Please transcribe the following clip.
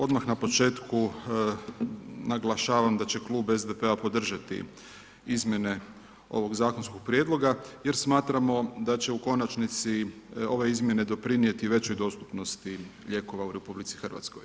Odmah na početku naglašavam da će Klub SDP-a podržati izmjene ovog zakonskog prijedloga jer smatramo da će u konačnici ove izmjene doprinijeti većoj dostupnosti lijekova u RH.